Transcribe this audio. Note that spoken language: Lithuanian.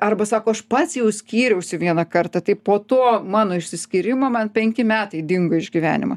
arba sako aš pats jau skyriausi vieną kartą tai po to mano išsiskyrimo man penki metai dingo iš gyvenimo